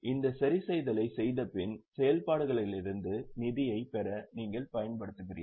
இந்த சரிசெய்தலைச் செய்தபின் செயல்பாடுகளிலிருந்து நிதியைப் பெற நீங்கள் பயன்படுத்துகிறீர்கள்